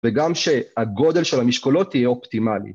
וגם שהגודל של המשקולות תהיה אופטימלי.